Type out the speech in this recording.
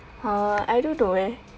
uh I don't know eh